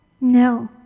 No